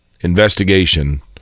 investigation